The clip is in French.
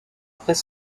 après